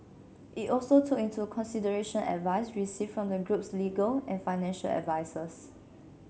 it also took into consideration advice received from the group's legal and financial advisers